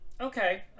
okay